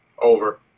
Over